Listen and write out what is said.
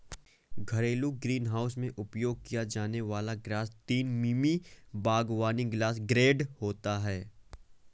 घरेलू ग्रीनहाउस में उपयोग किया जाने वाला ग्लास तीन मिमी बागवानी ग्लास ग्रेड होता है